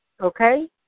Okay